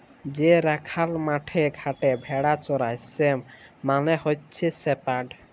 যে রাখাল মাঠে ঘাটে ভেড়া চরাই সে মালে হচ্যে শেপার্ড